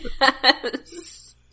Yes